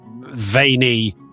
veiny